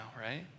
right